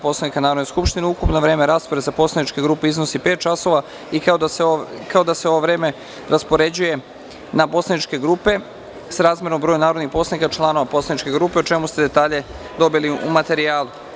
Poslovnika Narodne skupštine ukupno vreme rasprave za poslaničke grupe iznosi pet časova, i kao da se ovo vreme raspoređuje na poslaničke grupe srazmerno broju narodnih poslanika članova poslaničke grupe, o čemu ste detalje dobili u materijalu.